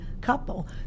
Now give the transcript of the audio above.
couple